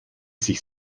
sich